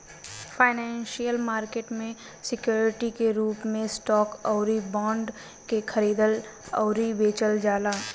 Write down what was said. financial market में security के रूप में स्टॉक अउरी बॉन्ड के खरीदल अउरी बेचल जाला